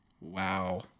wow